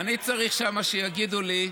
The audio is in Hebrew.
אני צריך שם שיגידו לי.